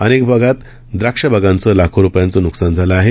अनेक भागात द्राक्ष बागांचं लाखो रुपयांचं न्कसान झालं आहे